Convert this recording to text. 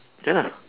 ya lah